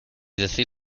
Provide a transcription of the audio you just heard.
decir